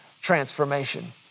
transformation